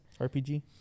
RPG